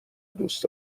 دوست